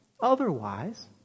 Otherwise